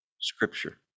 scripture